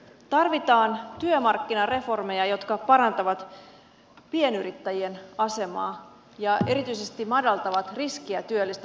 tarvitaan työmarkkinareformeja jotka parantavat pienyrittäjien asemaa ja erityisesti madaltavat riskiä työllistää